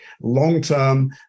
long-term